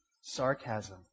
sarcasm